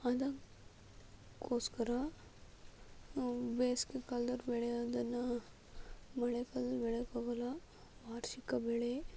ಅದಕ್ಕೋಸ್ಕರ ನಾವು ಬೇಸಗೆ ಕಾಲ್ದಲ್ಲಿ ಬೆಳೆಯೋದನ್ನು ಮಳೆ ಕಾಲ್ದಲ್ಲಿ ಬೆಳೆಯೋಕಾಗಲ್ಲ ವಾರ್ಷಿಕ ಬೆಳೆ